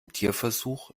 tierversuch